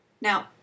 Now